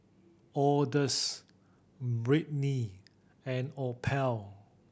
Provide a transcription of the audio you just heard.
Odus Britny and Opal